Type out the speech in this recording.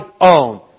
own